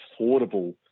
affordable